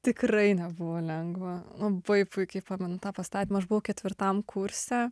tikrai nebuvo lengva pui puikiai pamenu tą pastatymą aš buvau ketvirtam kurse